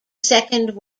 second